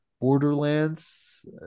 Borderlands